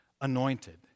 anointed